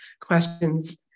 questions